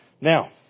Now